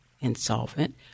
insolvent